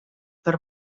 per